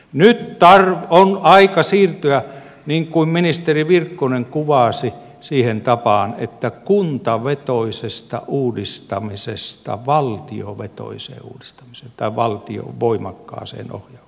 nyt on aika siirtyä niin kuin ministeri virkkunen kuvasi siihen tapaan kuntavetoisesta uudistamisesta valtiovetoiseen uudistamiseen tai valtion voimakkaaseen ohjaukseen